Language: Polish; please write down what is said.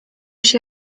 się